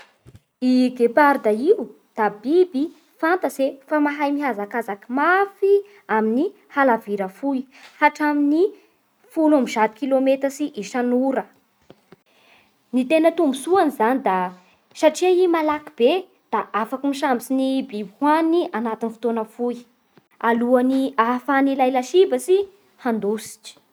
Ny geparda io da biby fantatse fa mahay mihazakazaky mafy amin'ny halavira fohy hatramin'ny folo amy zato kilômetatsy isan'ora. Ny tena tombontsoany zany da satria ia malaky be da afaky misambotsy ny biby ohaniny agnatin'ny fotoana fohy, alohan'ny ahafahan'ilay lasibatsy handositsy.